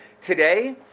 today